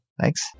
Thanks